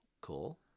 Cool